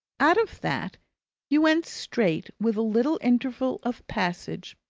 out of that you went straight, with a little interval of passage,